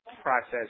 process